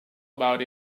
about